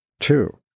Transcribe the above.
Two